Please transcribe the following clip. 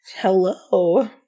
Hello